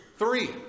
Three